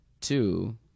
two